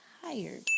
tired